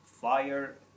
fire